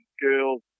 girls